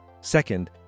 Second